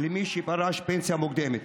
למי שפרש לפנסיה מוקדמת.